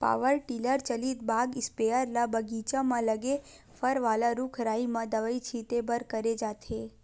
power tiller चलित बाग spare ल बगीचा म लगे फर वाला रूख राई म दवई छिते बर करे जाथे